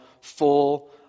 full